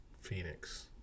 Phoenix